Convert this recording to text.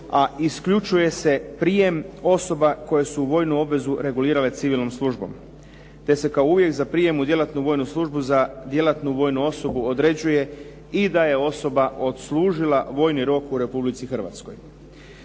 a isključuje se prijem osoba koje su vojnu obvezu regulirale civilnom službom te se kao uvjet za prijem u djelatnu vojnu službu za djelatnu vojnu osobu određuje i da je osoba odslužila vojni rok u Republici Hrvatskoj.